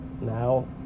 now